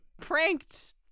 Pranked